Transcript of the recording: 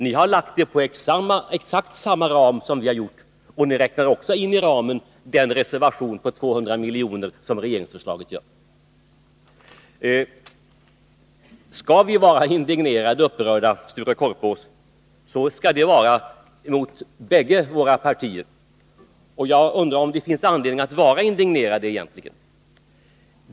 Ni har i ert förslag bestämt er för exakt samma ram som vi har gjort. Ni räknar också in i ramen den reservation på 200 milj.kr. som regeringsförslaget gör. Skall vi vara indignerade och upprörda, Sture Korpås, skall det vara mot bägge våra partier. Men jag undrar om det egentligen finns anledning att vara indignerad.